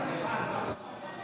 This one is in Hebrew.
מודיע